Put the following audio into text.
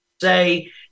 say